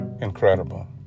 incredible